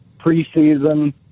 preseason